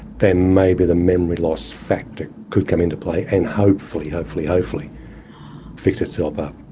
then maybe the memory loss factor could come into play, and hopefully, hopefully, hopefully fix itself up.